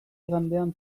igandean